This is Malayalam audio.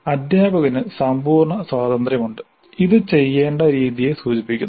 അധ്യാപകന് സമ്പൂർണ്ണ സ്വാതന്ത്ര്യമുണ്ട് ഇത് ചെയ്യേണ്ട രീതിയെ സൂചിപ്പിക്കുന്നു